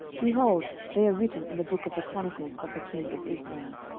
behold, they are written in the book of the chronicles of the kings of israel.